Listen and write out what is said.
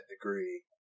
degree